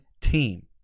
team